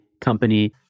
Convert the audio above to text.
company